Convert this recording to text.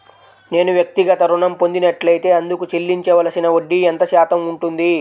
నేను వ్యక్తిగత ఋణం పొందినట్లైతే అందుకు చెల్లించవలసిన వడ్డీ ఎంత శాతం ఉంటుంది?